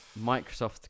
Microsoft